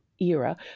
era